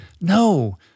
no